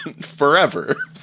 forever